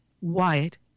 Wyatt